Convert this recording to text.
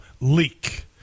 leak